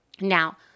Now